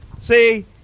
See